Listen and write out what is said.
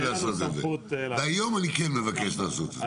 לעשות את זה והיום אני כן מבקש לעשות את זה.